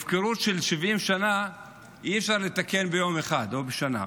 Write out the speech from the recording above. הפקרות של שבעים שנה אי-אפשר לתקן ביום אחד או בשנה.